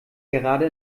gerade